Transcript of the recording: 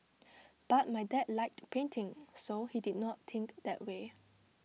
but my dad liked painting so he did not think that way